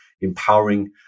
empowering